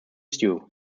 stew